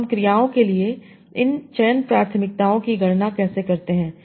तो हम क्रियाओं के लिए इन चयन प्राथमिकताओं की गणना कैसे करते हैं